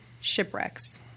shipwrecks